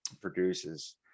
produces